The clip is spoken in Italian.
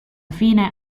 fine